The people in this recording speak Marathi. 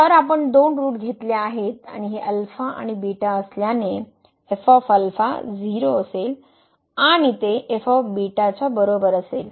तर आपण दोन रूट घेतले आहेत आणि हे अल्फा आणि बीटा असल्याने 0 असेल आणि ते f β च्या बरोबर असेल